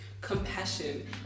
compassion